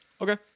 Okay